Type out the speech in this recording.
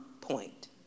point